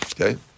okay